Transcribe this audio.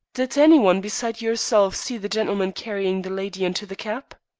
did any one besides yourself see the gentleman carrying the lady into the cab?